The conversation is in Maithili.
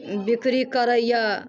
बिक्री करैए